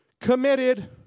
committed